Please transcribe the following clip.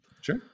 Sure